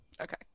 Okay